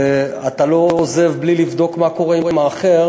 ואתה לא עוזב בלי לבדוק מה קורה עם האחר,